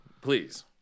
please